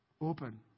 open